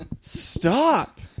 Stop